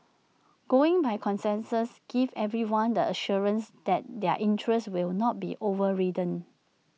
going by consensus gives everyone the assurance that their interests will not be overridden